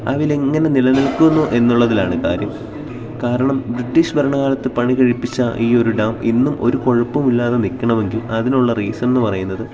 ഭാവിയിലെങ്ങനെ നിലനിൽക്കുന്നു എന്നുള്ളതിലാണ് കാര്യം കാരണം ബ്രിട്ടീഷ് ഭരണകാലത്ത് പണി കഴിപ്പിച്ച ഈ ഒരു ഡാം ഇന്നും ഒരു കുഴപ്പമില്ലാതെ നില്ക്കണമെങ്കിൽ അതിനുള്ള റീസണെന്നു പറയുന്നത്